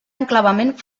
enclavament